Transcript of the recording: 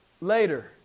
later